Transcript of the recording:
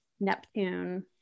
Neptune